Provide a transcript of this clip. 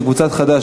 של קבוצת חד"ש,